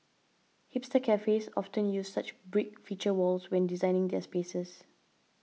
hipster cafes often use such brick feature walls when designing their spaces